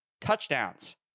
Touchdowns